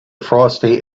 frosty